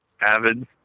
avid